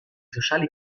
sociali